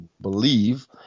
believe